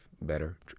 better